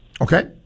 Okay